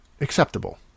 acceptable